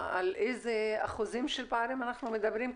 את יכולה להגיד על איזה אחוזים של פערים אנחנו מדברים?